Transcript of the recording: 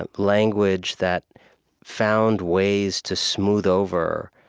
ah language that found ways to smooth over